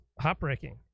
heartbreaking